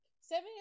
Seven